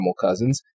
cousins